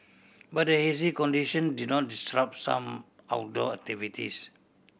but the hazy condition did not disrupt some outdoor activities